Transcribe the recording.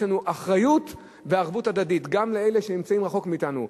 יש לנו אחריות וערבות הדדית גם כלפי אלה שנמצאים רחוק מאתנו.